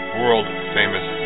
world-famous